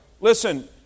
Listen